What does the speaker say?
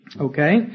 Okay